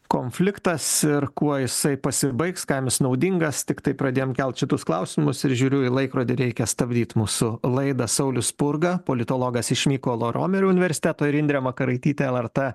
konfliktas ir kuo jisai pasibaigs kam jis naudingas tiktai pradėjom kelt šituos klausimus ir žiūriu į laikrodį reikia stabdyt mūsų laidą saulius spurga politologas iš mykolo romerio universiteto ir indrė makaraitytė lrt